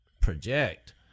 project